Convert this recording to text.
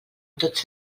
tots